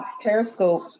Periscope